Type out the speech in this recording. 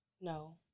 No